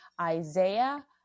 Isaiah